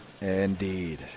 Indeed